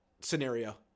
scenario